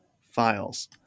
files